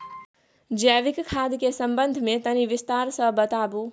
जैविक खाद के संबंध मे तनि विस्तार स बताबू?